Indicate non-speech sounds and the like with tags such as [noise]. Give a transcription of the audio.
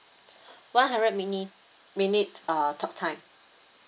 [breath] one hundred minute minute uh talk time